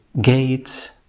gates